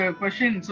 question